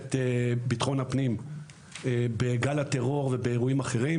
את ביטחון הפנים בגל הטרור ובאירועים אחרים,